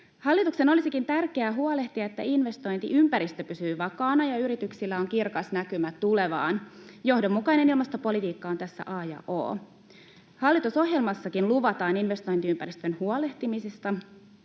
Hallituksen olisikin tärkeää huolehtia, että investointiympäristö pysyy vakaana ja yrityksillä on kirkas näkymä tulevaan. Johdonmukainen ilmastopolitiikka on tässä a ja o. Hallitusohjelmassakin luvataan investointiympäristön huolehtimisesta,